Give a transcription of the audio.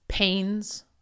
pains